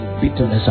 bitterness